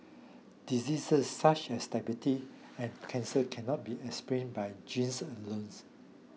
diseases such as diabetes and cancer cannot be explained by genes